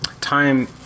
time